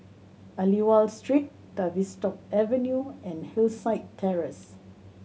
Aliwal Street Tavistock Avenue and Hillside Terrace